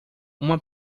uma